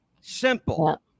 Simple